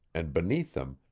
and beneath them,